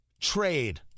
trade